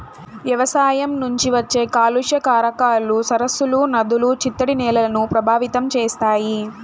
వ్యవసాయం నుంచి వచ్చే కాలుష్య కారకాలు సరస్సులు, నదులు, చిత్తడి నేలలను ప్రభావితం చేస్తాయి